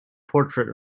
portrait